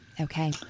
Okay